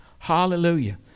hallelujah